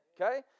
Okay